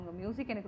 music